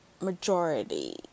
majority